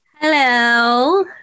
Hello